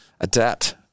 adapt